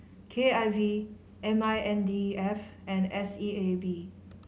K I V M I N D E F and S E A B